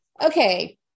Okay